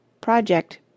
project